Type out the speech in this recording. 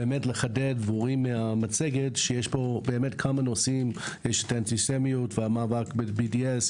לחדד עניינים במצגת שיש כמה נושאים האנטישמיות והמאבק ב-BDS,